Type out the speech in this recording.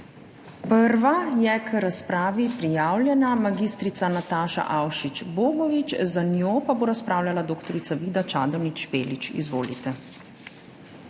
Prva je k razpravi prijavljena mag. Nataša Avšič Bogovič, za njo pa bo razpravljala dr. Vida Čadonič Špelič. Izvolite.